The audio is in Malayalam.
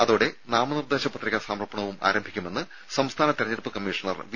അതോടെ നാമനിർദ്ദേശ പത്രികാ സമർപ്പണവും ആരംഭിക്കുമെന്ന് സംസ്ഥാന തെരഞ്ഞെടുപ്പ് കമ്മീഷണർ വി